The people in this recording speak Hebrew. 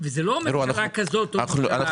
וזה לא ממשלה כזאת או ממשלה אחרת.